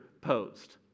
posed